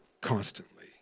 constantly